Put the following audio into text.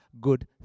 good